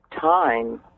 time